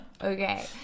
Okay